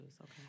okay